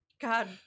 god